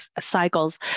cycles